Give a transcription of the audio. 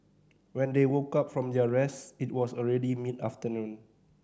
when they woke up from their rest it was already mid afternoon